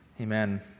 Amen